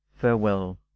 farewell